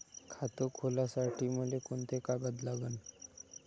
खात खोलासाठी मले कोंते कागद लागन?